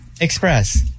Express